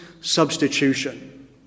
substitution